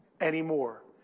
anymore